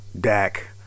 Dak